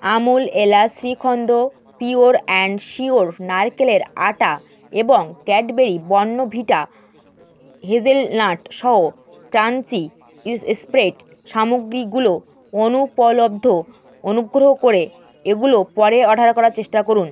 আমুল এলাচ shrikhand pure and sure নারকেলের আটা এবং ক্যাডবেরি বর্ণভিটা হেজেলনাটসহ ক্রাঞ্চি স্প্রেড সামগ্রীগুলো অনুপলব্ধ অনুগ্রহ করে এগুলো পরে অর্ডার করার চেষ্টা করুন